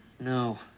no